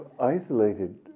isolated